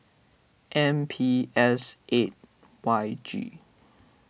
M P S eight Y G